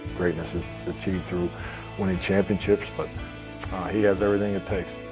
greatness is achieved through winning championships but he has everything it takes.